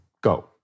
go